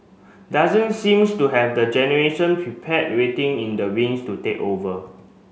doesn't seems to have the generation prepare waiting in the wings to take over